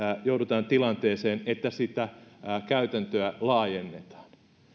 joudutaan tilanteeseen että sitä käytäntöä laajennetaan